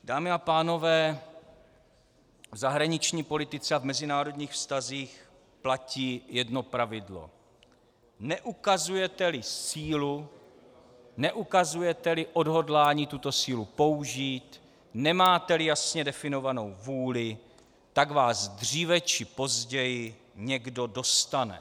Dámy a pánové, v zahraniční politice a v mezinárodních vztazích platí jedno pravidlo: Neukazujeteli sílu, neukazujeteli odhodlání tuto sílu použít, nemáteli jasně definovanou vůli, tak vás dříve či později někdo dostane.